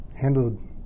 handled